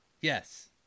Yes